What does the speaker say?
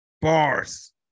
Bars